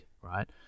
right